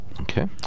Okay